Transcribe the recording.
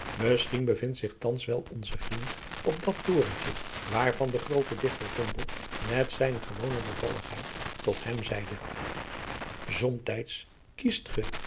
misschien bevindt zich thans wel onze vriend op dat torentje waarvan de groote dichter vondel met zijne gewone bevalligheid tot hem zeide zomtyds kiest ge